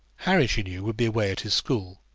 harry, she knew, would be away at his school.